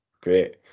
great